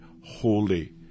holy